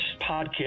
podcast